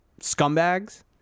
scumbags